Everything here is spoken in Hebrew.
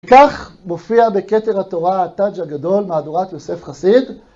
כך מופיע בכתר התורה הטאג' הגדול מהדורת יוסף חסיד.